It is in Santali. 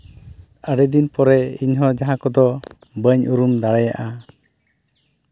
ᱟᱹᱰᱤ ᱫᱤᱱ ᱯᱚᱨᱮ ᱤᱧ ᱦᱚᱸ ᱡᱟᱦᱟᱸ ᱠᱚᱫᱚ ᱵᱟᱹᱧ ᱩᱨᱩᱢ ᱫᱟᱲᱮᱭᱟᱜᱼᱟ